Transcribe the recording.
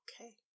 Okay